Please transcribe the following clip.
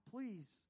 Please